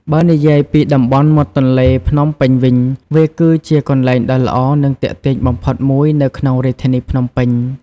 បើនិយាយពីតំបន់មាត់ទន្លេភ្នំពេញវិញ វាគឺជាកន្លែងដ៏ល្អ និងទាក់ទាញបំផុតមួយនៅក្នុងរាជធានីភ្នំពេញ។